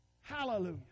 Hallelujah